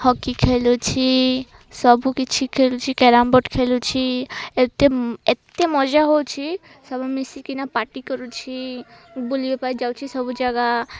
hockey ଖେଲୁଛି ସବୁକିଛି ଖେଲୁଛି କ୍ୟାରମ୍ ବୋର୍ଡ଼ ଖେଲୁଛି ଏତେ ଏତେ ମଜା ହଉଛି ସବୁ ମିଶିକିନା ପାର୍ଟି କରୁଛି ବୁଲିବା ପାଇଁ ଯାଉଛି ସବୁ ଜାଗା